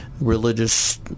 religious